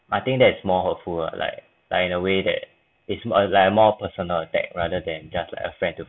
I think that's more hurtful like like in a way that is like a more personal attack rather than just like a friend to